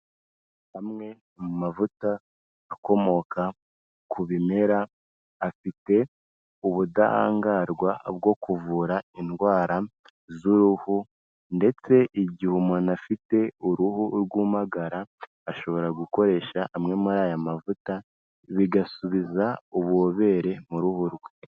Amwe mu mavuta akomoka ku bimera, afite ubudahangarwa bwo kuvura indwara z'uruhu, ndetse igihe umuntu afite uruhu rwumagara, ashobora gukoresha amwe muri aya mavuta, bigasubiza ububobere mu ruhu rwe.